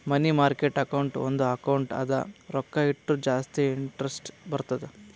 ಮನಿ market account ಒಂದ್ account ಅದ ರೊಕ್ಕಾ ಇಟ್ಟುರ ಜಾಸ್ತಿ ಇಂಟರೆಸ್ಟ್ ಬರ್ತುದ್